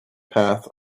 path